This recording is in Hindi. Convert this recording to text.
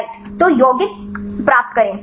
राइट तो यौगिक compounds प्राप्त करें